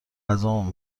غذامو